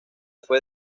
fue